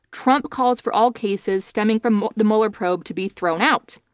trump calls for all cases stemming from the mueller probe to be thrown out.